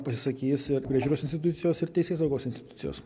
pasisakys ir priežiūros institucijos ir teisėsaugos institucijos